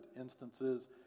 instances